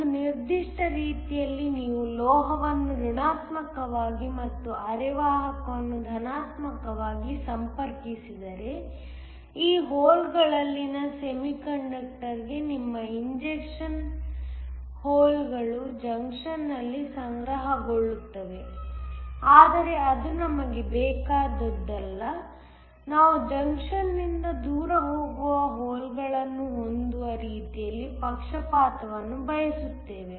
ಒಂದು ನಿರ್ದಿಷ್ಟ ರೀತಿಯಲ್ಲಿ ನೀವು ಲೋಹವನ್ನು ಋಣಾತ್ಮಕವಾಗಿ ಮತ್ತು ಅರೆವಾಹಕವನ್ನು ಧನಾತ್ಮಕವಾಗಿ ಸಂಪರ್ಕಿಸಿದರೆ ಈ ಹೋಲ್ಗಳಲ್ಲಿನ ಸೆಮಿಕಂಡಕ್ಟರ್ಗೆ ನಿಮ್ಮ ಇಂಜೆಕ್ಷನ್ ಹೋಲ್ಗಳು ಜಂಕ್ಷನ್ನಲ್ಲಿ ಸಂಗ್ರಹಗೊಳ್ಳುತ್ತವೆ ಆದರೆ ಅದು ನಮಗೆ ಬೇಕಾದುದಲ್ಲ ನಾವು ಜಂಕ್ಷನ್ನಿಂದ ದೂರ ಹೋಗುವ ಹೋಲ್ ಗಳನ್ನು ಹೊಂದುವ ರೀತಿಯಲ್ಲಿ ಪಕ್ಷಪಾತವನ್ನು ಬಯಸುತ್ತೇವೆ